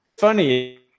funny